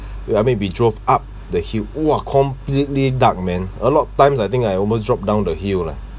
no I mean we drove up the hill !wah! completely dark man a lot of times I think I almost dropped down the hill lah